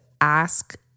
ask